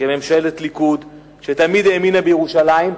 כממשלת ליכוד שתמיד האמינה בירושלים,